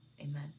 amen